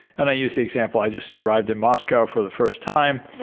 and i used the example i just arrived in moscow for the first time.